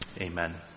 Amen